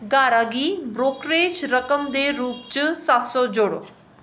गाह्रा गी ब्रोकरेज रकम दे रूप च सत सौ जोड़ो